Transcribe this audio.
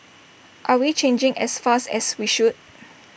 are we changing as fast as we should